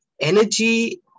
Energy